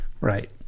right